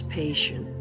patient